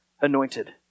anointed